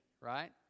Right